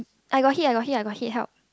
I got hit I got hit I got hit help